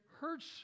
hurts